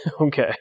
okay